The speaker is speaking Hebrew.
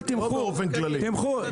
לא באופן כללי.